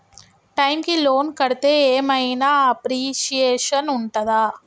Time కి loan కడ్తే ఏం ఐనా అప్రిషియేషన్ ఉంటదా?